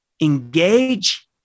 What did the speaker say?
engage